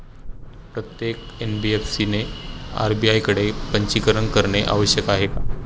प्रत्येक एन.बी.एफ.सी ने आर.बी.आय कडे पंजीकरण करणे आवश्यक आहे का?